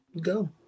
go